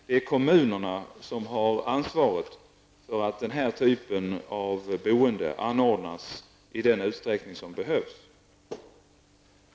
Det är kommunerna som har ansvaret för att den här typen av boende anordnas i den omfattning som behövs.